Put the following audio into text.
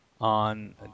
on